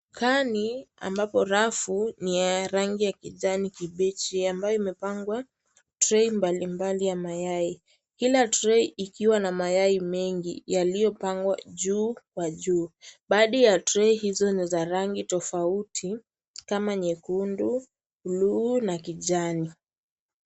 Dukani ambapo rafu ni ya rangi ya kijani kibichi, ambayo imepangwa trai mbalimbali ya mayai. Kila trai ikiwa na mayai mengi yaliyopangwa juu kwa juu. Baadhi ya trai hizo ni za rangi tofauti kama, nyekundu, buluu na kijani.